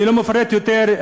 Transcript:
אני לא מפרט יותר,